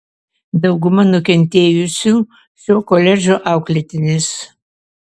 dauguma nukentėjusių šio koledžo auklėtinės